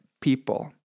people